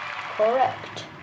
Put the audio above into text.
Correct